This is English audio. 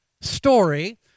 story